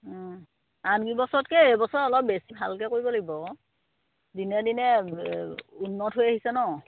অঁ আন কেইবছৰতকৈ এই বছৰ বেছি ভালকৈ কৰিব লাগিব আকৌ দিনে দিনে উন্নত হৈ আহিছে ন